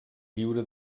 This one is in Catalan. lliure